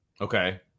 Okay